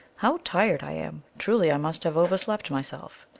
how tired i am! truly, i must have overslept myself.